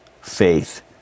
faith